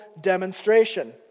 demonstration